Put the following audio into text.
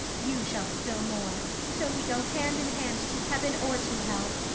you shall spill more, so we go hand in hand to heaven or to hell.